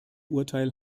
urteil